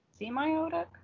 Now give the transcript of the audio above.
Semiotic